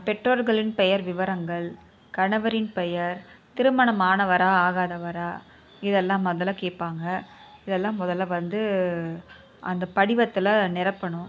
பெற்றோர்களின் பெயர் விவரங்கள் கணவரின் பெயர் திருமணம் ஆனவராக ஆகாதவராக இதெல்லாம் முதல்ல கேட்பாங்க இதெல்லாம் முதல்ல வந்து அந்த படிவத்தில் நிரப்பணும்